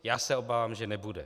Já se obávám, že nebude.